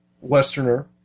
westerner